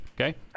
Okay